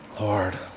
Lord